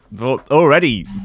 Already